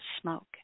smoke